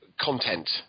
content